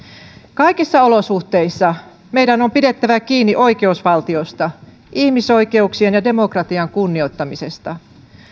kaikissa olosuhteissa meidän on pidettävä kiinni oikeusvaltiosta ihmisoikeuksien ja demokratian kunnioittamisesta